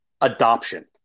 adoption